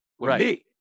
Right